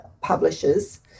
publishers